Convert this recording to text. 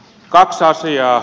kaksi asiaa